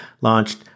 launched